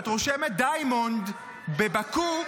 כשאת רושמת "דיימונד בבאקו",